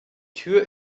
tür